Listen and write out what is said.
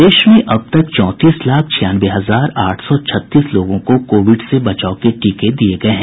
प्रदेश में अब तक चौंतीस लाख छियानवे हजार आठ सौ छत्तीस लोगों को कोविड से बचाव के टीके दिये गये हैं